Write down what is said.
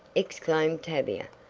exclaimed tavia.